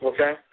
Okay